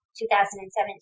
2017